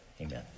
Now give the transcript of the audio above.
Amen